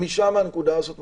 משם הנקודה הזו מתחילה.